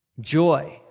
Joy